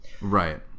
Right